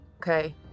Okay